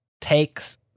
Takes